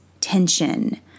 tension